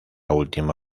última